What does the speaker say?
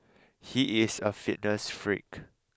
he is a fitness freak